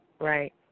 Right